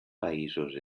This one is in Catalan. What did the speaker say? països